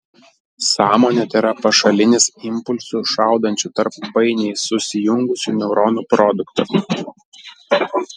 sąmonė tėra pašalinis impulsų šaudančių tarp painiai susijungusių neuronų produktas